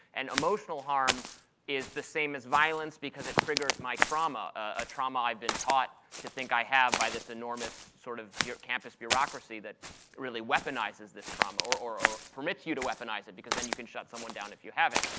and emotional harm is the same as violence because it triggers my trauma, a trauma i've been taught to think i have by this enormous sort of campus bureaucracy that really weaponizes this trauma, or or permits you to weaponize it because then you can shut someone down if you have it.